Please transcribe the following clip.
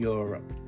Europe